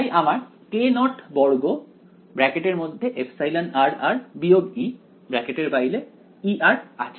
তাই আমার k02εr 1E আছে